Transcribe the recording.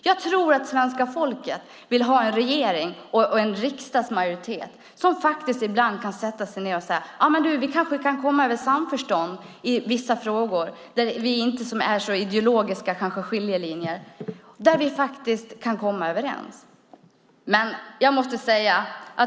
Jag tror att svenska folket vill ha en regering och en riksdagsmajoritet som ibland kan sätta sig ned och säga: Vi kanske kan ha samförstånd i vissa frågor där det inte är så ideologiska skiljelinjer; där kan vi komma överens.